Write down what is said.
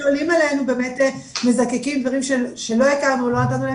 --- באמת מזקקים דברים שלא הכרנו ולא נתנו עליהם